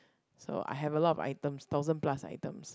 so I have a lot of items thousand plus items